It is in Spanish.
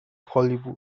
hollywood